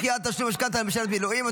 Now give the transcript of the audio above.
דחיית תשלום משכנתה למשרת מילואים),